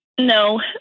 No